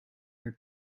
your